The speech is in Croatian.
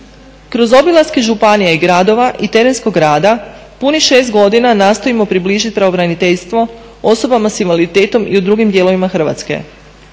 Kroz obilaske županija i gradova i terenskog rada punih 6 godina nastojimo približit pravobraniteljstvo osobama s invaliditetom i u drugim dijelovima Hrvatske,